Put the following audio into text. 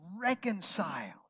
reconciled